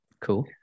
Cool